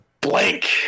blank